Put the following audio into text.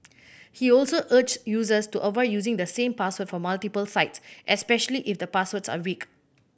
he also urged users to avoid using the same password for multiple sites especially if the passwords are weak